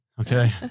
Okay